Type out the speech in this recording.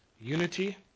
Unity